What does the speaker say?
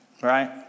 Right